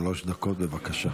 שלוש דקות, בבקשה.